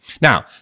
Now